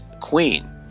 queen